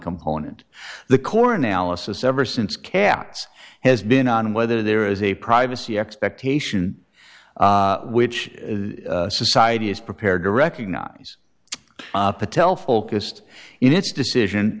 component the core analysis ever since cats has been on whether there is a privacy expectation which society is prepared to recognize patel focused in its decision